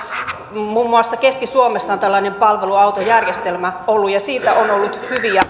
muun muassa keski suomessa on tällainen palveluautojärjestelmä ollut ja siitä on ollut